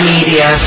Media